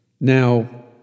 Now